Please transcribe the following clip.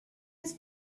his